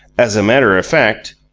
as a matter of fact,